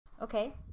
Okay